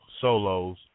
solos